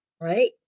Right